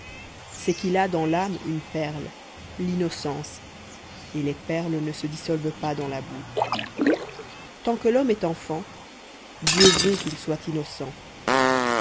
c'est qu'il a dans l'âme une perle l'innocence et les perles ne se dissolvent pas dans la boue tant que l'homme est enfant dieu veut qu'il soit innocent